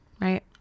right